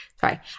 Sorry